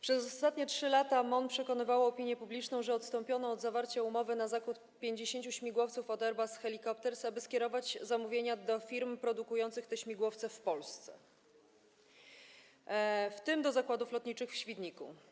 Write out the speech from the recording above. Przez ostatnie 3 lata MON przekonywało opinię publiczną, że odstąpiono od zawarcia umowy na zakup 50 śmigłowców od Airbus Helicopters, aby skierować zamówienia do firm produkujących śmigłowce w Polsce, w tym do zakładów lotniczych w Świdniku.